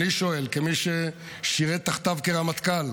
אני שואל כמי ששירת תחתיו כרמטכ"ל,